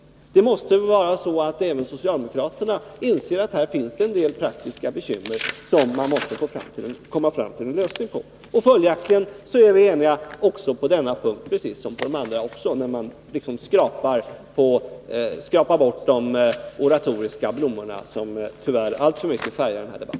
Det måste vara så, att även socialdemokraterna inser att det i detta sammanhang finns vissa praktiska problem som måste lösas. Följaktligen är vi eniga också på denna punkt. Det är vi ju på de andra punkterna också, om man tar bort de oratoriska blommorna, som tyvärr alltför mycket präglar denna debatt.